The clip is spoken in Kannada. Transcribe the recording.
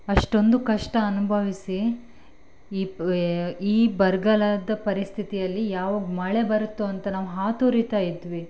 ಅಷ್ಟೊಂದು ಕಷ್ಟ ಅನುಭವಿಸಿ ಈ ಈ ಬರಗಾಲದ ಪರಿಸ್ಥಿತಿಯಲ್ಲಿ ಯಾವಾಗ ಮಳೆ ಬರುತ್ತೋ ಅಂತ ನಾವು ಹಾತೊರೀತ ಇದ್ವಿ